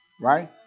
right